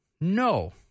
No